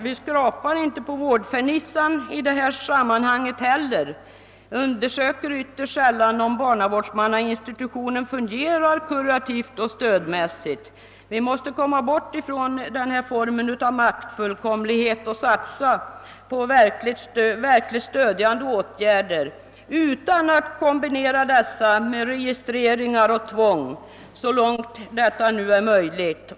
Vi skrapar inte på hårdfernissan i detta sammanhang heller och undersöker ytterst sällan om barnavårdsmannainstitutionen fungerar kurativt och stödmässigt. Vi måste komma bort från denna form av maktfullkomlighet och satsa på verkligt stödjande åtgärder utan att kombinera detta med registreringar och kontroll, så långt detta nu är möjligt.